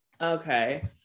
Okay